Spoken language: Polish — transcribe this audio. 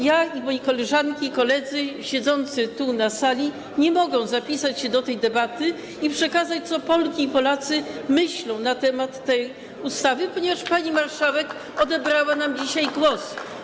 Ja oraz moje koleżanki i koledzy siedzący na sali nie możemy zapisać się do debaty i przekazać, co Polki i Polacy myślą na temat tej ustawy, ponieważ pani marszałek odebrała nam dzisiaj głos.